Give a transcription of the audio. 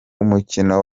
umukino